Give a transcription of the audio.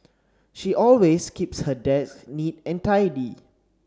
she always keeps her desk neat and tidy